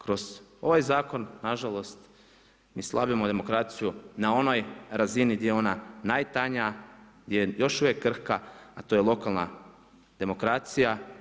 Kroz ovaj zakon na žalost mi slavimo demokraciju na onoj razini gdje je ona najtanja, gdje je još uvijek krhka, a to je lokalna demokracija.